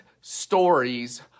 stories